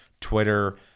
twitter